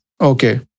Okay